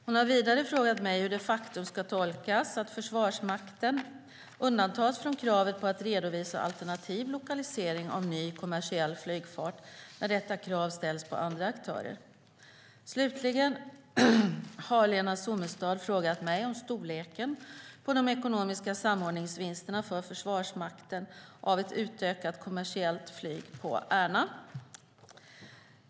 Hon har vidare frågat mig hur det faktum ska tolkas att Försvarsmakten undantas från kravet på att redovisa alternativ lokalisering av ny, kommersiell flygfart när detta krav ställs på andra aktörer. Slutligen har Lena Sommestad frågat mig om storleken på de ekonomiska samordningsvinsterna för Försvarsmakten av ett utökat kommersiellt flyg på Ärna.